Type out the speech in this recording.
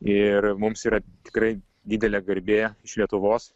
ir mums yra tikrai didelė garbė iš lietuvos